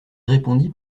répondit